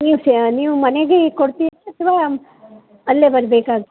ನೀವು ಸ್ಯಾ ನೀವು ಮನೆಗೆ ಕೊಡ್ತೀರ ಅಥವಾ ಅಲ್ಲೇ ಬರ್ಬೇಕಾಗಿ